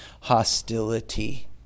hostility